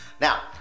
Now